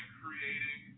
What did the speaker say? creating